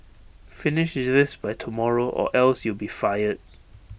finish this by tomorrow or else you'll be fired